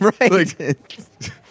Right